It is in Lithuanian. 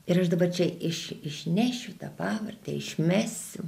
ir aš dabar čia iš išnešiu tą pavardę išmesiu